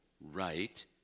right